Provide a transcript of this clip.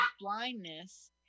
blindness